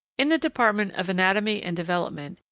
in the department of anatomy and development,